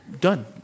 done